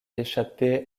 échapper